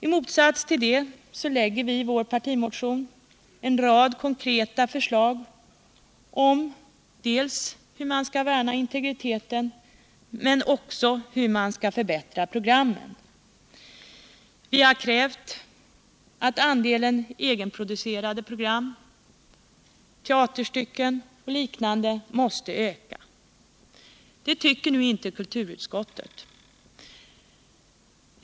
I motsats till detta lägger vi i vår partimotion en rad konkreta förslag dels om hur man skall värna integriteten, men dels också om hur man skall förbättra programmen, Vi har krävt att andelen egenproducerade program — teaterstycken och liknande — skall öka. Det tycker nu inte kulturutskottet.